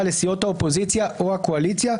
לסיעות האופוזיציה או הקואליציה,